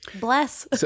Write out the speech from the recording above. bless